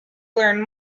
learn